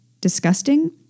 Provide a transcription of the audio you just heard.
disgusting